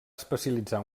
especialitzar